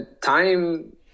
time